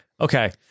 Okay